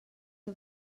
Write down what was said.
que